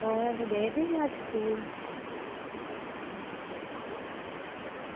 होर गेदे हे अज्ज स्कूल